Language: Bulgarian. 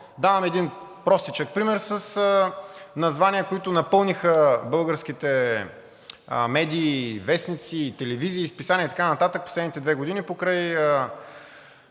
Давам един простичък пример с названия, които напълниха българските медии и вестници, и телевизии, и списания, и така нататък в последните две години покрай